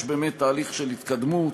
יש באמת תהליך של התקדמות.